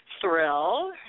thrill